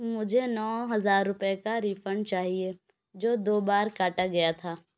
مجھے نو ہزار روپئے کا ریفنڈ چاہیے جو دو بار کاٹا گیا تھا